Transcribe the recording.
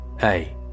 Hey